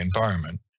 environment